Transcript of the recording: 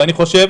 אני חושב